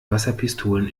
wasserpistolen